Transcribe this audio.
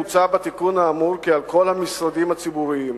מוצע בתיקון האמור כי על כל המשרדים הציבוריים,